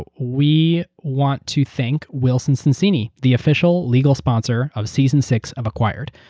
ah we want to thank wilson sonsini, the official legal sponsor of season six of acquired.